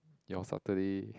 your Saturday